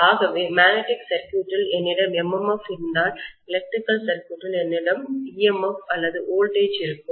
ஆகவே மேக்னடிக் சர்க்யூட்டில் என்னிடம் MMF இருந்தால் எலக்ட்ரிக் சர்க்யூட் ல் என்னிடம் EMF அல்லது வோல்டேஜ் இருக்கும்